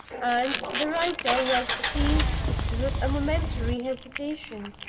and the writer was seized with a momentary hesitation.